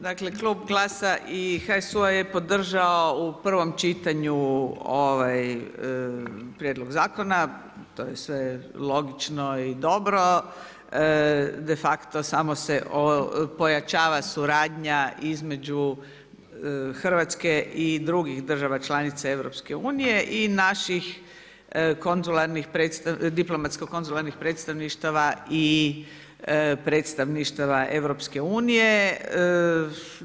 Dakle klub GLAS-a i HSU-a je podržao u prvom čitanju ovaj prijedlog zakona, to je sve logično i dobro, de facto samo se pojačava suradnja između Hrvatske i drugih država članica EU-a i naših diplomatsko-konzularnih predstavništava i predstavništava EU-a.